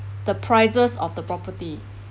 the prices of the property